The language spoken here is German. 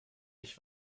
ich